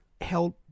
held